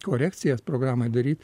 korekcijas programoj daryt